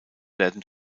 werden